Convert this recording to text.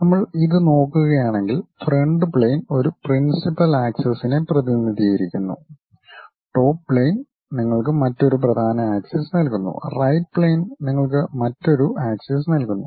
നമ്മൾ ഇത് നോക്കുകയാണെങ്കിൽ ഫ്രണ്ട് പ്ളെയിൻ ഒരു പ്രിൻസിപ്പൽ ആക്സിസിനെ പ്രതിനിധീകരിക്കുന്നു ടോപ് പ്ളെയിൻ നിങ്ങൾക്ക് മറ്റൊരു പ്രധാന ആക്സിസ് നൽകുന്നു റൈറ്റ് പ്ളെയിൻ നിങ്ങൾക്ക് മറ്റൊരു ആക്സിസ് നൽകുന്നു